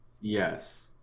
yes